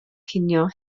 cinio